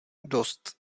dost